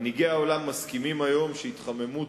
מנהיגי העולם מסכימים היום שהתחממות